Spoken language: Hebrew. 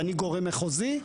ואני גורם מחוזי,